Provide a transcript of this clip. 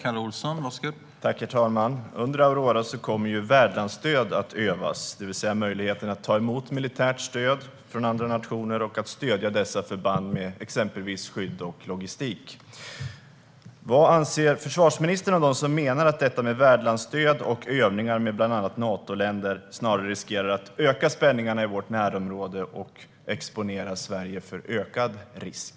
Herr talman! Under Aurora kommer värdlandsstöd att övas, det vill säga möjligheten att ta emot militärt stöd från andra nationer och att stödja dessa förband med exempelvis skydd och logistik. Vad anser försvarsministern om dem som menar att detta med värdlandsstöd och övningar med bland annat Natoländer snarare riskerar att öka spänningarna i vårt närområde och exponera Sverige för ökad risk?